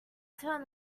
turned